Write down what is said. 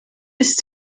ist